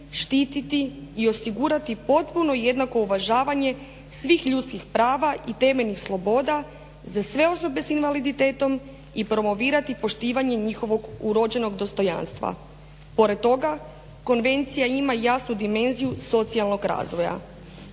štititi i osigurati potpuno i jednako uvažavanje svih ljudskih prava i temeljnih sloboda za sve osobe sa invaliditetom i promovirati poštivanje njihovog urođenog dostojanstva. Pored toga konvencija ima i jasnu dimenziju socijalnog razvoja.